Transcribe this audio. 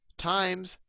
times